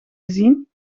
gezien